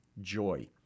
joy